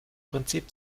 prinzip